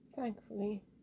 Thankfully